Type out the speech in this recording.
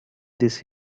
this